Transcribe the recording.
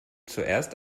zuerst